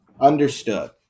Understood